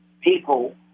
people